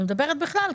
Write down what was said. אני מדברת בכלל.